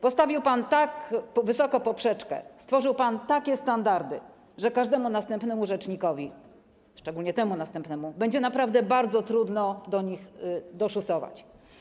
Postawił pan tak wysoko poprzeczkę, stworzył pan takie standardy, że każdemu następnemu rzecznikowi, szczególnie temu następnemu, będzie naprawdę bardzo trudno do nich doszusować.